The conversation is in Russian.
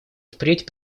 впредь